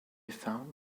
found